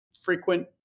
frequent